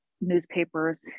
newspapers